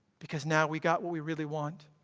because now we got what we really want.